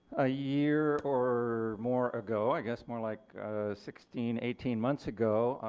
a year or more ago, i guess more like sixteen, eighteen months ago,